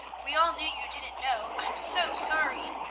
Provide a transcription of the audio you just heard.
we all knew you didn't know i'm so sorry!